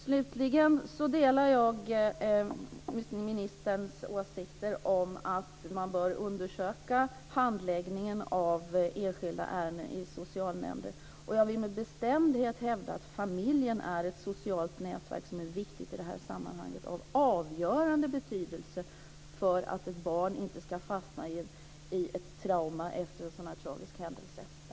Slutligen vill jag säga att jag delar ministerns åsikt om att man bör undersöka handläggningen av enskilda ärenden i socialnämnden. Jag vill med bestämdhet hävda att familjen är ett socialt nätverk som i det här sammanhanget är viktigt, ja, av avgörande betydelse för att ett barn inte ska fastna i ett trauma efter en så tragisk händelse.